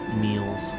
meals